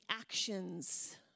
actions